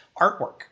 artwork